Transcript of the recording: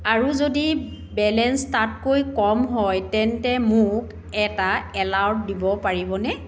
আৰু যদি বেলেঞ্চ তাতকৈ কম হয় তেন্তে মোক এটা এলাৰ্ট দিব পাৰিবনে